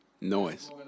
Noise